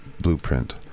blueprint